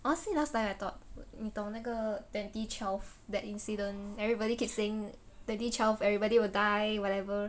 honestly last time I thought 你懂那个 twenty twelve that incident everybody keep saying twenty twelve everybody will die whatever